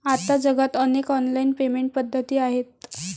आता जगात अनेक ऑनलाइन पेमेंट पद्धती आहेत